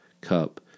cup